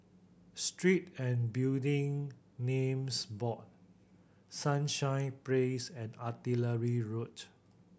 Street and Building Names Board Sunshine Place and Artillery Road